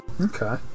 Okay